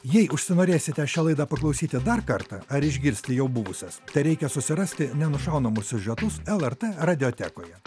jei užsinorėsite šią laidą paklausyti dar kartą ar išgirsti jau buvusias tereikia susirasti nenušaunamus siužetus lrt radiotekoje